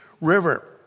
River